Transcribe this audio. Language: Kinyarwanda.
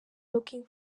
looking